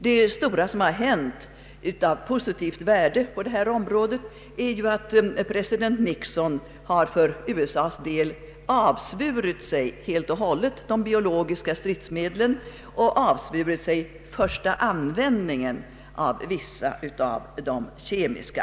Det stora som har hänt av positivt värde på det här området är att president Nixon för USA:s del helt och hållet avsvurit sig de biologiska stridsmedlen och avsvurit sig första användningen av vissa av de kemiska.